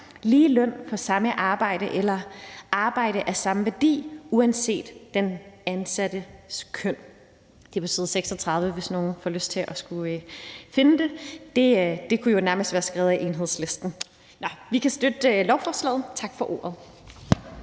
»lige løn for samme arbejde eller arbejde af samme værdi uanset den ansattes køn.« Det er på side 35, hvis nogen får lyst til at finde det. Det kunne jo nærmest være skrevet af Enhedslisten. Vi kan støtte lovforslaget. Tak for ordet.